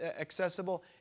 accessible